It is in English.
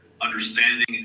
Understanding